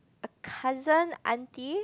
a cousin auntie